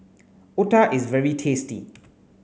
Otah is very tasty